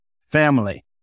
Family